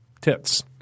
tits